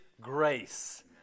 grace